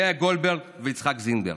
לאה גולדברג ויצחק זינגר.